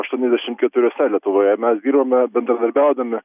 aštuoniasdešimt keturiuose lietuvoje mes dirbame bendradarbiaudami